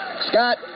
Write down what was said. Scott